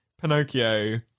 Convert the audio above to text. Pinocchio